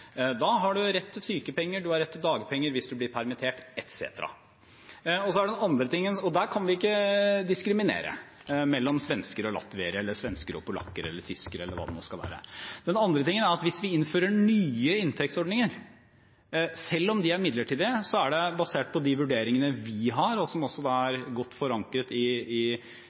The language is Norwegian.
Da har man rett til sykepenger, man har rett til dagpenger hvis man blir permittert, etc. – og der kan vi ikke diskriminere mellom svensker og latviere, eller mellom svensker og polakker eller tyskere, eller hva det nå skal være. Den andre tingen er at hvis vi innfører nye inntektsordninger, er det slik at selv om de er midlertidige, så er det – basert på de vurderingene vi har, og som også er godt forankret i